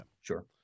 Sure